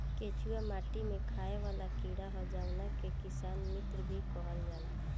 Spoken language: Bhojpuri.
केचुआ माटी में खाएं वाला कीड़ा ह जावना के किसान मित्र भी कहल जाला